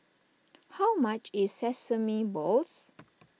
how much is Sesame Balls